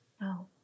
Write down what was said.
No